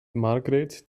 margret